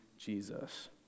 Jesus